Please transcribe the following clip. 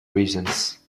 reasons